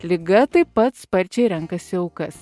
liga taip pat sparčiai renkasi aukas